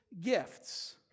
gifts